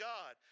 God